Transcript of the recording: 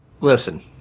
Listen